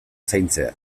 zaintzea